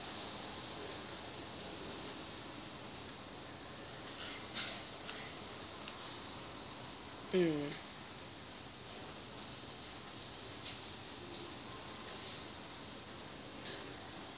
mm